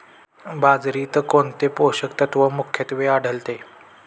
बाजरीत कोणते पोषक तत्व मुख्यत्वे आढळते?